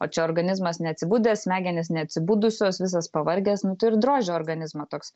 o čia organizmas neatsibudęs smegenys neatsibudusios visas pavargęs nu tai ir drožia organizmą toks